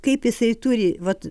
kaip jisai turi vat